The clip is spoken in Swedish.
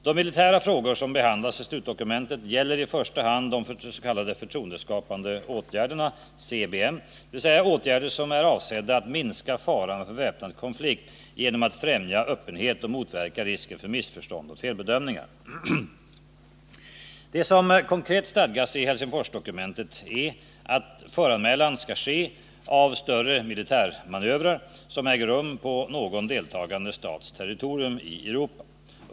De militära frågor som behandlas i slutdokumentet gäller i första hands.k. förtroendeskapande åtgärder , dvs. åtgärder som är avsedda att minska faran för väpnad konflikt genom att främja öppenhet och motverka risken för missförstånd och felbedömningar. Det som konkret stadgas i Helsingsforsdokumentet är att föranmälan skall ske av större militärmanövrar som äger rum på någon deltagande stats territorium i Europa.